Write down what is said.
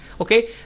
okay